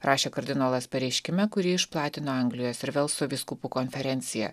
rašė kardinolas pareiškime kurį išplatino anglijos ir velso vyskupų konferencija